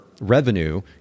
revenue